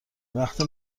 وقت